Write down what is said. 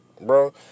bro